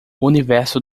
universo